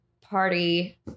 party